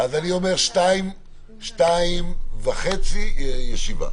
ב-14:30 ישיבה.